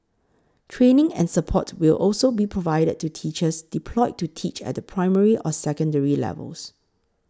training and support will also be provided to teachers deployed to teach at the primary or secondary levels